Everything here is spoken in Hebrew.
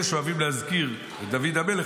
אלו שאוהבים להזכיר את דוד המלך,